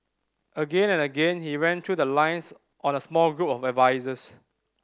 again and again he ran through the lines on a small group of advisers